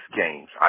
games